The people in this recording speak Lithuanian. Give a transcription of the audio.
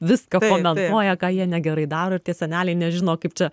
viską komentuoja ką jie negerai daro ir tie seneliai nežino kaip čia